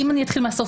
אם אני אתחיל מהסוף,